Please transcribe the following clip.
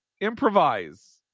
Improvise